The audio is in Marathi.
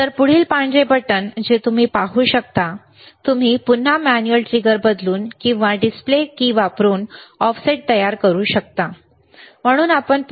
तर पुढील पांढरे बटण जे तुम्ही पाहू शकता तुम्ही पुन्हा मॅन्युअल ट्रिगर बदलून किंवा डिस्प्ले की वापरून ऑफसेट तयार करू शकता ठीक आहे